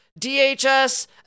DHS